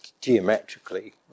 Geometrically